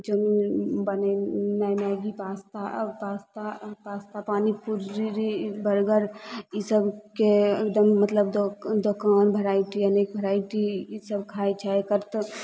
chowmein बनेनाइ Maggi pasta pasta pasta pani puri burger ईसब के एकदम मतलब दो दोकान वेराइटी अनेक वेराइटी ईसब खाइ छै एकर तऽ